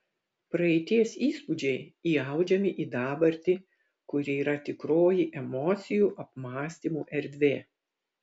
praeities įspūdžiai įaudžiami į dabartį kuri yra tikroji emocijų apmąstymų erdvė